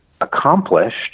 accomplished